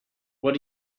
what